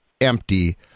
empty